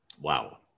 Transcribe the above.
Wow